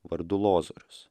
vardu lozorius